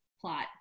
plot